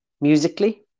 musically